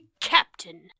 Captain